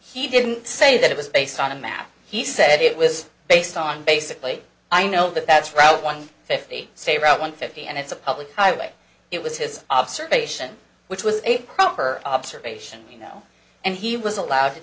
he didn't say that it was based on a map he said it was based on basically i know that that's route one fifty say route one fifty and it's a public highway it was his observation which was a proper observation and he was allowed to